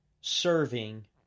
Serving